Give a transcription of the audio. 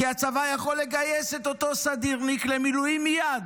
כי הצבא יכול לגייס את אותו סדירניק למילואים מייד.